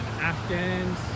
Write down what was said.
Afghans